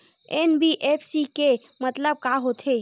NBFC के मतलब का होथे?